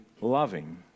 loving